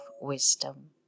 Wisdom